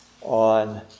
on